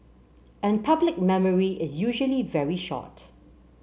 and public memory is usually very short